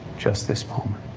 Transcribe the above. just this moment.